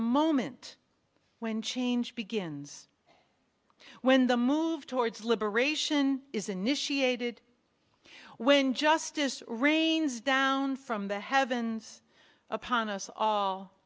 moment when change begins when the move towards liberation is initiated when justice rains down from the heavens upon us all